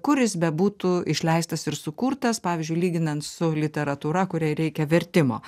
kur jis bebūtų išleistas ir sukurtas pavyzdžiui lyginant su literatūra kuriai reikia vertimo